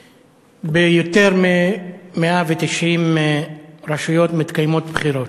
תודה, ביותר מ-190 רשויות מתקיימות בחירות.